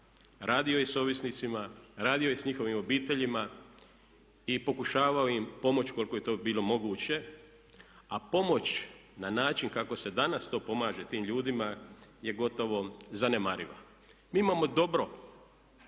radio je s ovisnicima, radio je s njihovim obiteljima i pokušavao im pomoći koliko je to bilo moguće. A pomoć na način kako se danas to pomaže tim ljudima je gotovo zanemariva. Mi imamo dobro